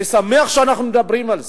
אני שמח שאנחנו מדברים על זה.